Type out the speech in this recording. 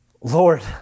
Lord